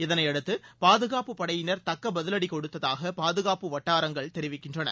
இதனையடுத்து பாதுகாப்பு படையினர் தக்க பதிவடி கொடுத்ததாக பாதுகாப்பு வட்டாரங்கள் தெரிவிக்கின்றன